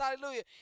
Hallelujah